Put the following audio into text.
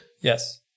Yes